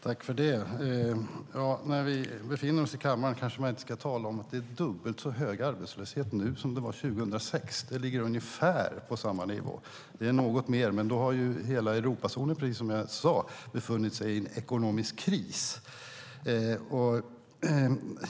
Herr talman! Man kanske inte ska säga här i kammaren att det är dubbelt så hög arbetslöshet nu som 2006. Den ligger ungefär på samma nivå. Den är något högre, men då har hela eurozonen, som jag sade, befunnit sig i en ekonomisk kris.